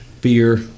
beer